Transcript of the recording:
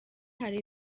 hari